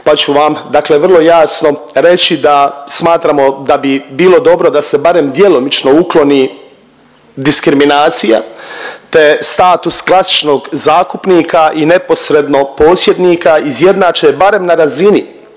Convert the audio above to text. pa ću vam, dakle vrlo jasno reći da smatramo da bi bilo dobro da se barem djelomično ukloni diskriminacija, te status klasičnog zakupnika i neposrednog posjednika izjednače barem na razini,